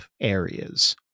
areas